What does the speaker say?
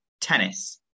tennis